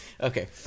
Okay